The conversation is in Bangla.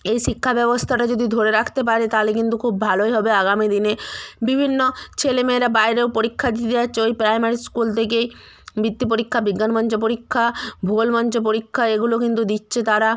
এই শিক্ষা ব্যবস্থাটা যদি ধরে রাখতে পারে তালে কিন্তু খুব ভালোই হবে আগামী দিনে বিভিন্ন ছেলে মেয়েরা বাইরেও পরীক্ষা দিতে যাচ্ছে ওই প্রাইমারি স্কুল থেকেই বৃত্তি পরীক্ষা বিজ্ঞান মঞ্চে পরীক্ষা ভূগোল মঞ্চ পরীক্ষা এগুলো কিন্তু দিচ্ছে তারা